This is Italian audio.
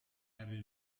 henry